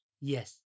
Yes